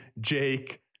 Jake